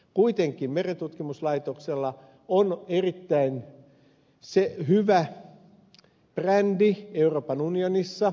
kuitenkin merentutkimuslaitoksella on erittäin hyvä brändi euroopan unionissa